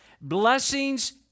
blessings